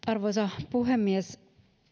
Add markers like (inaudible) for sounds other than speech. (unintelligible) arvoisa puhemies